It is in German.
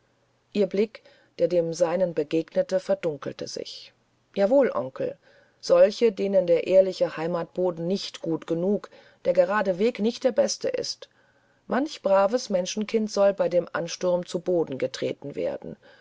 ihr blick der dem seinen begegnete verdunkelte sich jawohl onkel solche denen der ehrliche heimatboden nicht gut genug der gerade weg nicht der beste ist manch braves menschenkind soll bei dem ansturm zu boden getreten werden